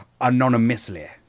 anonymously